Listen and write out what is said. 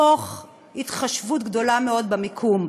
מתוך התחשבות גדולה מאוד במיקום.